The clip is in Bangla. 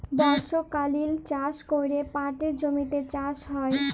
বর্ষকালীল চাষ ক্যরে পাটের জমিতে চাষ হ্যয়